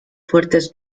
fuertes